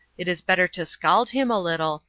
it is better to scald him a little,